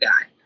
guy